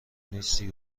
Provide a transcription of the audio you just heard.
نیستی